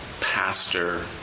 Pastor